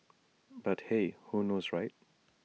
but hey who knows right